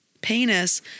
penis